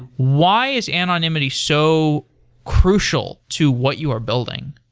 why is anonymity so crucial to what you are building?